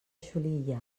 xulilla